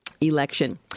Election